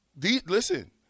Listen